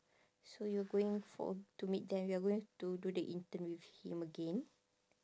so you're going for to meet them you are going to do the intern with him again